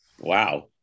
Wow